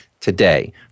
Today